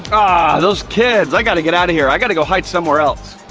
those kids! i gotta get out of here. i gotta go hide somewhere else.